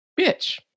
bitch